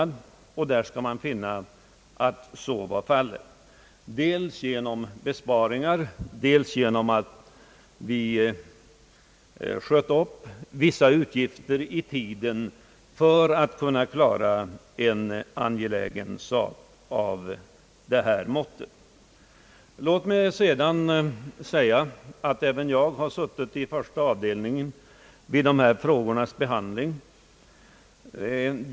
Där finns täckning dels genom att vi föreslagit besparingar, dels genom att vi skjutit upp vissa utgifter för att kunna klara en angelägen sak av detta mått. Även jag har suttit med i första avdelningen vid behandlingen av denna fråga.